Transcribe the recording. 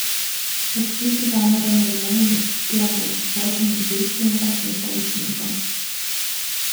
paskui zuzana ramelienė nešykštėjo blogų žodžių nei gaisrininkams nei policininkams